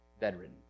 bedridden